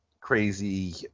crazy